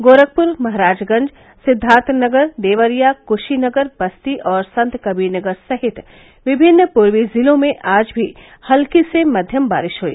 गोरखपुर महराजगंज सिद्धार्थनगर देवरिया कुशीनगर बस्ती और संतकबीरनगर सहित विभिन्न पूर्वी जिलों में आज भी हत्की से मध्यम बारिश हुई